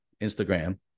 Instagram